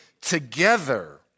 together